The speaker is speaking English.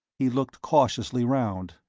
he looked cautiously round.